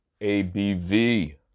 ABV